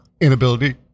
inability